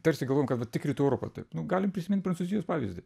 tarsi galvojam kad vat tik rytų europoj taip galime prisimint prancūzijos pavyzdį